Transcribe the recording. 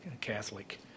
Catholic